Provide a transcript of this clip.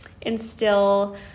instill